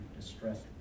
distress